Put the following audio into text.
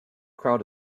crowd